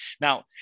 Now